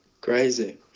crazy